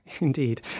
Indeed